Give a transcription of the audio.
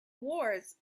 wars